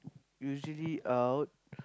usually out